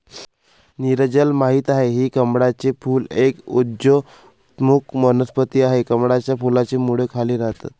नीरजल माहित आहे की कमळाचे फूल एक उदयोन्मुख वनस्पती आहे, कमळाच्या फुलाची मुळे खाली राहतात